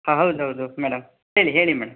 ಹಾಂ ಹೌದೌದು ಮೇಡಮ್ ಹೇಳಿ ಹೇಳಿ ಮೇಡಮ್